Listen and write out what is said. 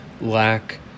lack